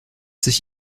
sich